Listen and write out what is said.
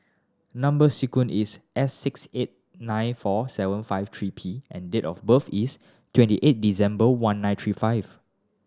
number sequence is S six eight nine four seven five three P and date of birth is twenty eight December one nine three five